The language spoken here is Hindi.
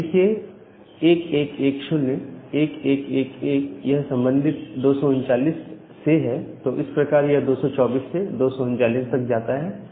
अब देखिए 1110 1111 यह संबंधित है 239 से तो इस प्रकार यह 224 से 239 तक जाता है